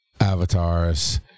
Avatars